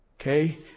Okay